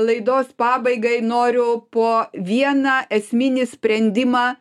laidos pabaigai noriu po vieną esminį sprendimą